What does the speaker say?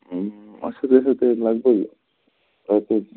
اَدٕ سُہ گژھٮ۪و تۅہہِ لگ بگ رۄپیس